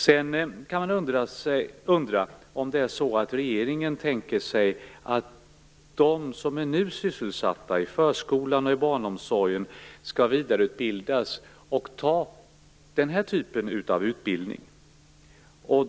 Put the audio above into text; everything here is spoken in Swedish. Man kan också undra om regeringen tänker sig att de som nu är sysselsatta i förskolan och i barnomsorgen skall vidareutvecklas i den här typen av utbildning.